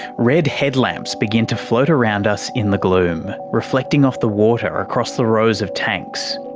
red headlamps begin to float around us in the gloom reflecting off the water across the rows of tanks.